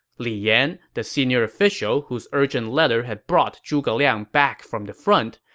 li yan, the senior official whose urgent letter had brought zhuge liang back from the front,